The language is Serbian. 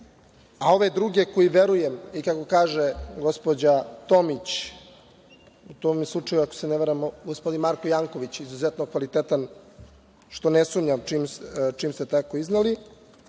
a ove druge koje verujem, i kako kaže gospođa Tomić, u tom je slučaju gospodin Marko Janković izuzetno kvalitetan, što ne sumnjam čim ste tako izneli